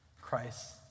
Christ